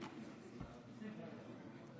אבל